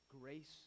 grace